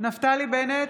נפתלי בנט,